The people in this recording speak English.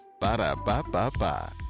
Ba-da-ba-ba-ba